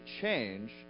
change